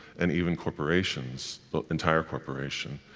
and even corporations the entire corporation